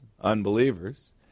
unbelievers